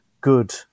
good